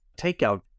takeout